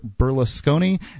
Berlusconi